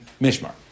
mishmar